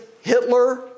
Hitler